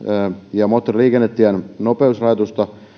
ja moottoriliikennetien nopeusrajoitusta